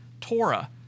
Torah